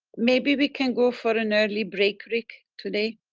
maybe we can go for an early break rick, today?